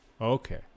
Okay